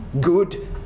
good